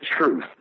truth